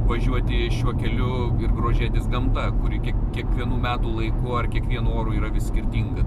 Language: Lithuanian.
važiuoti šiuo keliu ir grožėtis gamta kuri kiekvienu metų laiku ar kiekvienu oru yra vis skirtinga